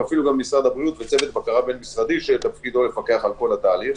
אפילו משרד הבריאות וצוות בקרה בין משרדי מפקח על כל התהליך,